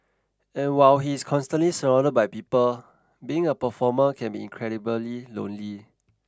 and while he is constantly surrounded by people being a performer can be incredibly lonely